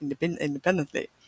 independently